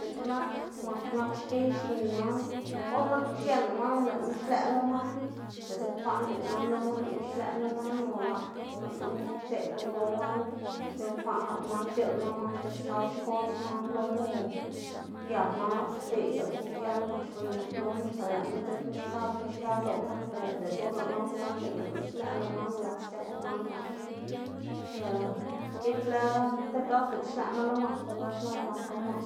Dziꞌg nak mak nap xki xwiy man or x̱iꞌk nak xieꞌnna man or lëꞌma xlëꞌ lo man diꞌltsa bekwaꞌn c̲h̲uꞌnn lëꞌma lëꞌ lo man o nap lëꞌma ideꞌd guꞌn gow man ti bekwaꞌn nap lëꞌ man c̲h̲iꞌlna, nap lëꞌ man axta xchal xkodz man loma o diag man nap zobliga diag mak xwiy mak loma axta lëꞌma dzekna xkakga xkë ldoꞌma mak, ber diꞌltsa or lëꞌ man bekwaꞌn c̲h̲uꞌnn lëꞌma xlëꞌ lëꞌ man nlas c̲h̲akga man nax, ber gibla tib rat diꞌltsa xlëꞌma lo mak stib rat nap nak ga mak,